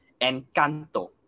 Encanto